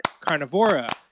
Carnivora